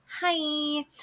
Hi